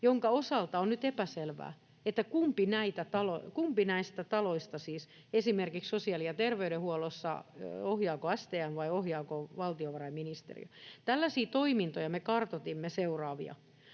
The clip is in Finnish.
jonka osalta on nyt epäselvää, kumpi näistä taloista esimerkiksi sosiaali- ja terveydenhuollossa ohjaa, ohjaako STM vai ohjaako valtiovarainministeriö. Tällaisia toimintoja me kartoitimme seuraavia: